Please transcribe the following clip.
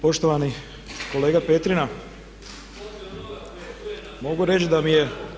Poštovani kolega Petrina mogu reći da mi je